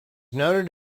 noted